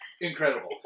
Incredible